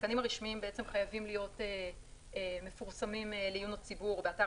התקנים הרשמיים חייבים להיות מפורסמים לעיון הציבור באתר